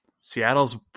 Seattle's